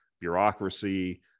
bureaucracy